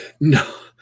no